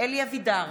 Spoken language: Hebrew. אלי אבידר,